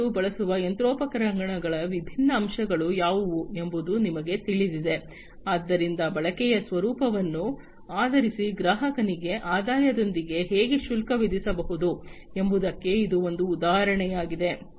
ಗ್ರಾಹಕರು ಬಳಸುವ ಯಂತ್ರೋಪಕರಣಗಳ ವಿಭಿನ್ನ ಅಂಶಗಳು ಯಾವುವು ಎಂಬುದು ನಿಮಗೆ ತಿಳಿದಿದೆ ಆದ್ದರಿಂದ ಬಳಕೆಯ ಸ್ವರೂಪವನ್ನು ಆಧರಿಸಿ ಗ್ರಾಹಕನಿಗೆ ಆದಾಯದೊಂದಿಗೆ ಹೇಗೆ ಶುಲ್ಕ ವಿಧಿಸಬಹುದು ಎಂಬುದಕ್ಕೆ ಇದು ಒಂದು ಉದಾಹರಣೆಯಾಗಿದೆ